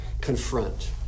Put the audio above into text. confront